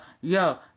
yo